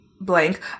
blank